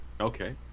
Okay